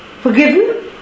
Forgiven